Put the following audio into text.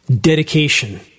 dedication